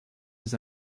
his